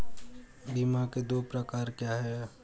बीमा के दो प्रकार क्या हैं?